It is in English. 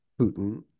Putin